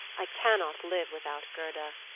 i cannot live without gerda,